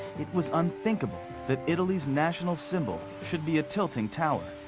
it was unthinkable that italy's national symbol should be a tilting tower.